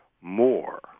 more